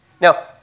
Now